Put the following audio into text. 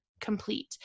complete